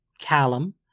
Callum